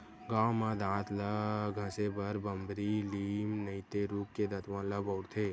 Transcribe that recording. गाँव म दांत ल घसे बर बमरी, लीम नइते रूख के दतवन ल बउरथे